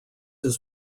his